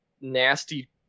nasty